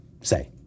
Say